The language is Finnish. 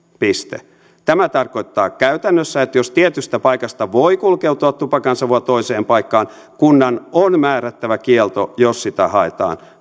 tämä tarkoittaa käytännössä että jos tietystä paikasta voi kulkeutua tupakansavua toiseen paikkaan kunnan on määrättävä kielto jos sitä haetaan